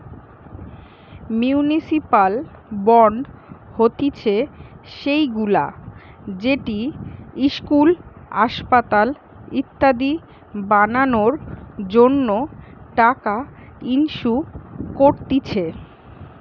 municipal bond হতিছে সেইগুলা যেটি ইস্কুল, আসপাতাল ইত্যাদি বানানোর জন্য টাকা ইস্যু করতিছে